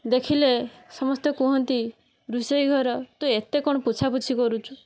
ଦେଖିଲେ ସମସ୍ତେ କୁହନ୍ତି ରୁଷେଇ ଘର ତୁ ଏତେ କ'ଣ ପୋଛା ପୋଛି କରୁଛୁ